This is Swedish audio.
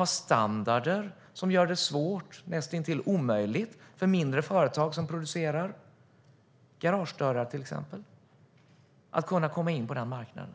och standarder som gör det svårt, näst intill omöjligt, för mindre företag som producerar till exempel garagedörrar att komma in på den marknaden.